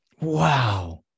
Wow